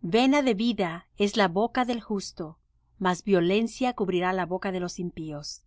castigado vena de vida es la boca del justo mas violencia cubrirá la boca de los impíos